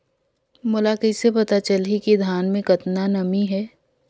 मोला कइसे पता चलही की धान मे कतका नमी हे?